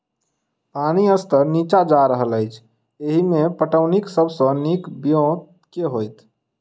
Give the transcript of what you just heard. पानि स्तर नीचा जा रहल अछि, एहिमे पटौनीक सब सऽ नीक ब्योंत केँ होइत?